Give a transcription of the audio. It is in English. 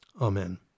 Amen